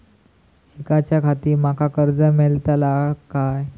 शिकाच्याखाती माका कर्ज मेलतळा काय?